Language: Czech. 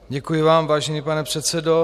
Děkuji vám, vážený pane předsedo.